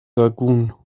dargun